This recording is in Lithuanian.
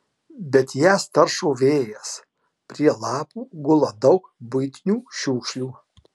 bet jas taršo vėjas prie lapų gula daug buitinių šiukšlių